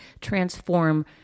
transform